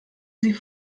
sie